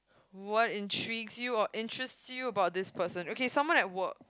what intrigues you or interests you about this person okay someone at work